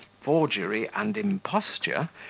forgery, and imposture,